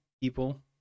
people